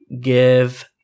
give